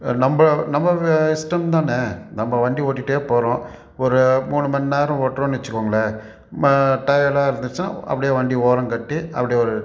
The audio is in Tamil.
நம்ப நம்ப இஷ்டம்தானே நம்ம வண்டி ஓட்டிகிட்டே போகிறோம் ஒரு மூணு மணி நேரம் ஓட்டுறோன்னு வச்சுக்கோங்களேன் ம டயர்டாக இருந்துச்சுன்னால் அப்படியே வண்டி ஓரம்கட்டி அப்படியே ஒரு